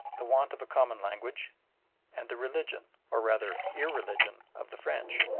the want of a common language and the religion, or rather irreligion, of the french.